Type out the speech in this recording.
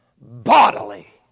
bodily